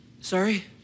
Sorry